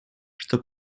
что